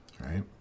right